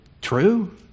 true